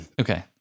Okay